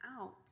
out